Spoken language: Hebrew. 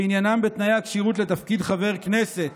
שעניינם בתנאי הכשירות לתפקיד חבר כנסת